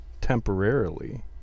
temporarily